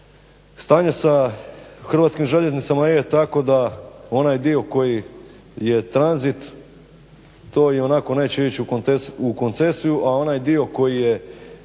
stanje sa hrvatskim željeznicama je tako da onaj dio koji je tranzit to ionako neće ići u koncesiju, a onaj dio koji nije